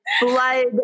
blood